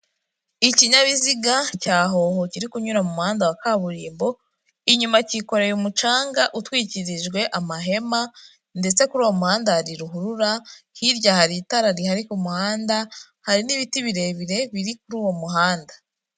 Ikinyabiziga cya hoho kiri kunyura mu muhanda wa kaburimbo, inyuma cyikoreye umucanga utwikirijwe amahema, ndetse kuri uwo muhanda hari ruhurura, hirya hari itara rihari ku muhanda, hari n'ibiti birebire biri kuri uwo muhanda.